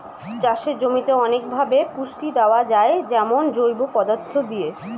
চাষের জমিতে অনেকভাবে পুষ্টি দেয়া যায় যেমন জৈব পদার্থ দিয়ে